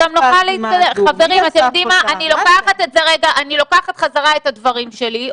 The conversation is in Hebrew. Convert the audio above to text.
אני לוקחת חזרה את הדברים שלי,